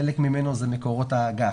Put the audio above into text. חלק ממנו הוא ממקורות האגף.